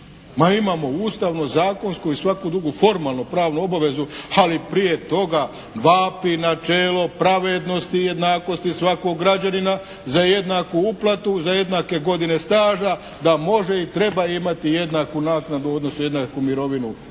imamo Ustavnu, zakonsku i svaku drugu formalno-pravnu obavezu, ali prije toga vapi načelo pravednosti i jednakosti svakog građanina za jednaku uplatu, za jednake godine staža da može i treba imati jednaku naknadu, odnosno jednaku mirovinu